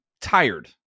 tired